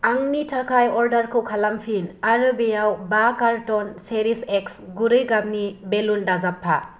आंनि थाखाय अर्डारखौ खालामफिन आरो बेयाव बा कार्टन चेरिश एक्स गुरै गाबनि बेलुन दाजाबफा